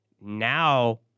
now